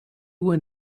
were